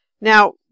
Now